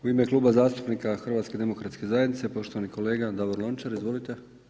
U ime Kluba zastupnika HDZ-a poštovani kolega Davor Lončar, izvolite.